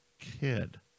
kid